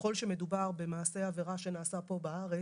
ככל שמדובר במעשה עבירה שנעשה פה בארץ